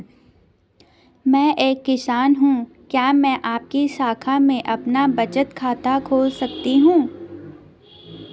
मैं एक किसान हूँ क्या मैं आपकी शाखा में अपना बचत खाता खोल सकती हूँ?